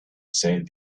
said